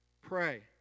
Pray